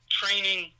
training